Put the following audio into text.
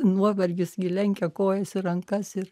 nuovargis gi lenkia kojas rankas ir